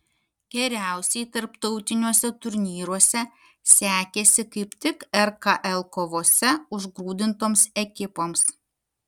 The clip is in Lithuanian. geriausiai tarptautiniuose turnyruose sekėsi kaip tik rkl kovose užgrūdintoms ekipoms